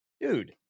dude